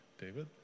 David